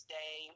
day